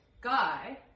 guy